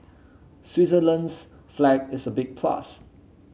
Switzerland's flag is a big plus